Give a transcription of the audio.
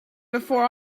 before